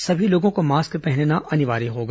सभी लोगों को मास्क पहनना अनिवार्य होगा